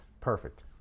Perfect